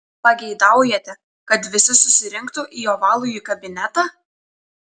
pageidaujate kad visi susirinktų į ovalųjį kabinetą